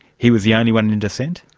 he was the only one in in dissent?